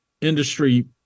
industry